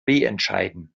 entscheiden